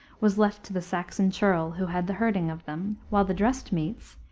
was left to the saxon churl who had the herding of them, while the dressed meats,